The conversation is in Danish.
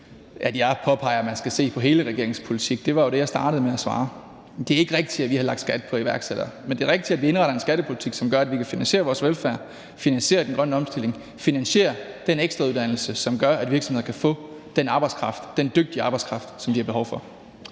er det noget, vi først lige er nået frem til – det var jo det, jeg startede med at svare. Det er ikke rigtigt, at vi har lagt skat på iværksættere, men det er rigtigt, at vi indretter en skattepolitik, som gør, at vi kan finansiere vores velfærd, finansiere den grønne omstilling og finansiere den ekstrauddannelse, som gør, at virksomheder kan få den dygtige arbejdskraft, som de har behov for.